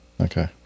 Okay